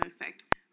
effect